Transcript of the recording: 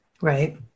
Right